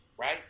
right